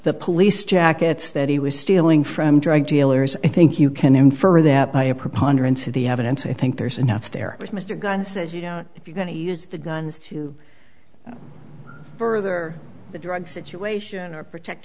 the police jackets that he was stealing from drug dealers i think you can infer that by a preponderance of the evidence i think there's enough there with mr guns that you know if you're going to use the guns to further the drug situation or protect